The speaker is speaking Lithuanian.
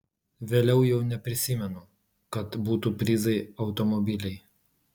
vėliau jau neprisimenu kad būtų prizai automobiliai